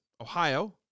Ohio